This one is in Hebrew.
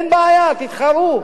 אין בעיה, תתחרו.